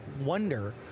wonder